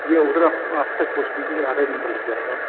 ये ओडर आप आप तक पहुँचने के लिए आधा घंटा लग जाएगा